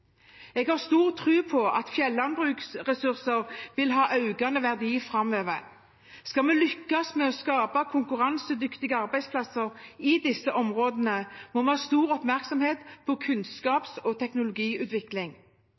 Jeg har stor tro på at fjellandbrukets ressurser vil ha økende verdi framover. Skal vi lykkes med å skape konkurransedyktige arbeidsplasser i disse områdene, må vi ha stor oppmerksomhet på kunnskaps- og teknologiutvikling.